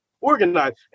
organized